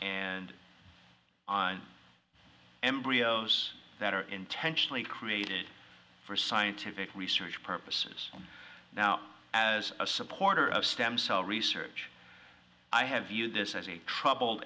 and on embryos that are intentionally created for scientific research purposes now as a supporter of stem cell research i have viewed this as a troubled